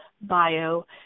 bio